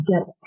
get